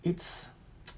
it's